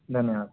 धन्यवादः